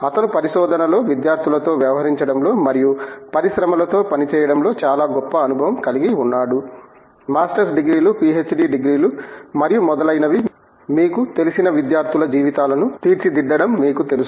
అతను పరిశోధనలో విద్యార్థులతో వ్యవహరించడంలో మరియు పరిశ్రమలతో పనిచేయడంలో చాలా గొప్ప అనుభవం కలిగి ఉన్నాడు మాస్టర్స్ డిగ్రీలు పీహెచ్డీ డిగ్రీలు మరియు మొదలైనవి మీకు తెలిసిన విద్యార్థుల జీవితాలను తీర్చిదిద్దడం మీకు తెలుసు